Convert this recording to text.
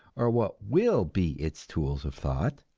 or what will be its tools of thought.